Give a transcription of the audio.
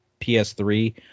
PS3